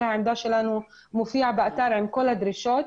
העמדה שלנו מופיע באתר עם כל הדרישות.